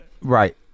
Right